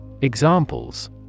Examples